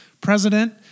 president